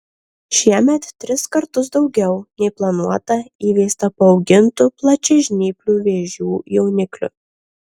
šiemet tris kartus daugiau nei planuota įveista paaugintų plačiažnyplių vėžių jauniklių